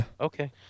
okay